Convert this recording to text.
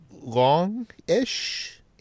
long-ish